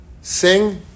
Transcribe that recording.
sing